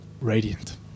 radiant